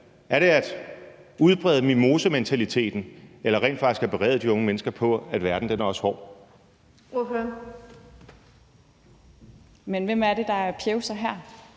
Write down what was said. Er det at udbrede mimosementaliteten eller rent faktisk at berede de unge mennesker på, at verden også er hård? Kl. 11:08 Den fg. formand